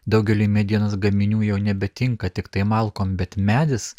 daugeliui medienos gaminių jau nebetinka tiktai malkom bet medis